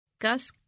Gus